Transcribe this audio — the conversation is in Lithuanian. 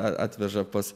atveža pas